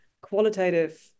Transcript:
qualitative